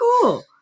cool